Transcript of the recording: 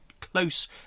Close